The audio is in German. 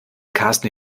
karsten